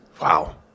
Wow